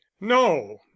no